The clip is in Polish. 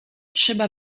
trzeba